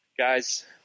guys